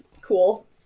cool